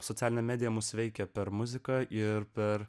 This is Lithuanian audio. socialinę mediją mus veikia per muziką ir per